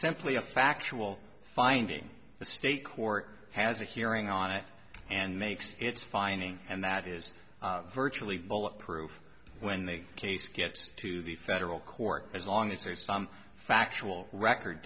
simply a factual finding the state court has a hearing on it and makes its finding and that is virtually bulletproof when the case gets to the federal court as long as there's a factual record